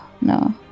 No